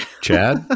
Chad